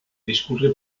discurre